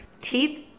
Teeth